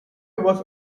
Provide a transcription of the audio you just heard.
was